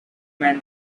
man